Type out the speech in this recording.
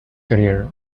career